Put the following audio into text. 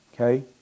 okay